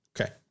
Okay